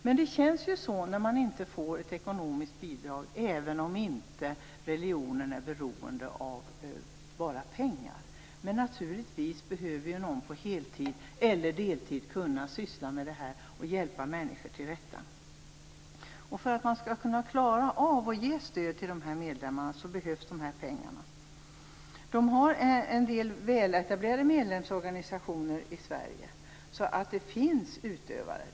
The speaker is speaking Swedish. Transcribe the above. Men det känns så när man inte får ekonomiskt bidrag, även om religionen inte enbart är beroende av pengar. Men naturligtvis behöver någon kunna syssla med det här på heltid eller på deltid och hjälpa människor till rätta. För att man skall kunna klara av att ge stöd till medlemmarna behöver man pengar. Det finns en del väletablerade medlemsorganisationer i Sverige, så det finns utövare.